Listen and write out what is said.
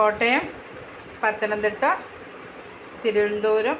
Kottayam Pathanamthitta Thiruvananthapuram